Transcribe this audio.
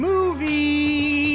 Movie